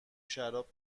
شراب